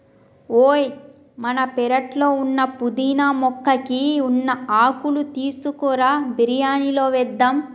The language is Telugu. ఓయ్ మన పెరట్లో ఉన్న పుదీనా మొక్కకి ఉన్న ఆకులు తీసుకురా బిరియానిలో వేద్దాం